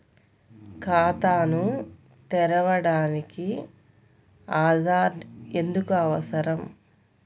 ఖాతాను తెరవడానికి ఆధార్ ఎందుకు అవసరం?